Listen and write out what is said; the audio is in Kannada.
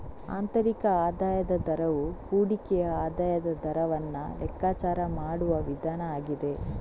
ಆಂತರಿಕ ಆದಾಯದ ದರವು ಹೂಡಿಕೆಯ ಆದಾಯದ ದರವನ್ನ ಲೆಕ್ಕಾಚಾರ ಮಾಡುವ ವಿಧಾನ ಆಗಿದೆ